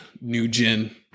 new-gen